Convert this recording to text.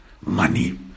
money